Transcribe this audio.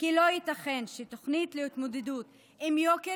כי לא ייתכן שתוכנית להתמודדות עם יוקר